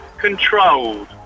Controlled